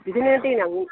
बिदिनो देनां